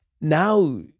now